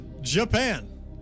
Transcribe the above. Japan